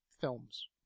films